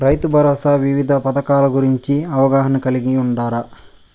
రైతుభరోసా వివిధ పథకాల గురించి అవగాహన కలిగి వుండారా?